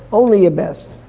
only your best.